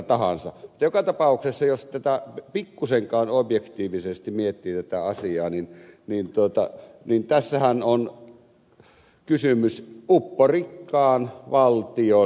mutta joka tapauksessa jos pikkuisenkaan objektiivisesti miettii tätä asiaa niin tässähän on kysymys upporikkaan valtion toimenpiteestä